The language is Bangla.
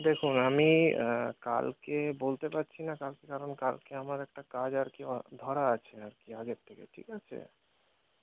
দেখুন আমি কালকে বলতে পারছি না কালকে কারণ কালকে আমার একটা কাজ আর কি ধরা আছে আর কি আগের থেকে ঠিক আছে